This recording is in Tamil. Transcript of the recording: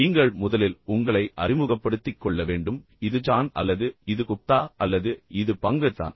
நீங்கள் முதலில் உங்களை அறிமுகப்படுத்திக் கொள்ள வேண்டும் இது ஜான் அல்லது இது குப்தா அல்லது இது பங்கஜ் தான்